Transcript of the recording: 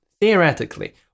theoretically